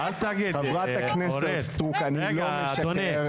חברת הכנסת סטרוק אני לא משקר,